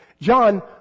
John